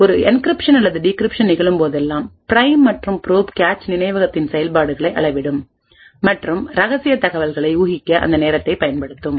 எனவே ஒரு என்கிரிப்ஷன் அல்லது டிகிரிப்ஷன் நிகழும் போதெல்லாம் பிரைம் மற்றும் ப்ரோப் கேச் நினைவகத்தின் செயல்பாடுகளை அளவிடும் மற்றும் ரகசிய தகவல்களை ஊகிக்க அந்த நேரத்தைப் பயன்படுத்தும்